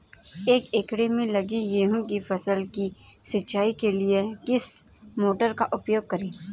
एक एकड़ में लगी गेहूँ की फसल की सिंचाई के लिए किस मोटर का उपयोग करें?